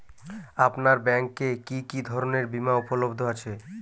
আপনার ব্যাঙ্ক এ কি কি ধরনের বিমা উপলব্ধ আছে?